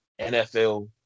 NFL